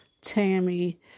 Tammy